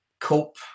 cope